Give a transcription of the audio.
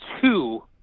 two